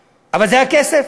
אבל, זה הכסף?